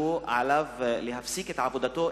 שעליו להפסיק את עבודתו,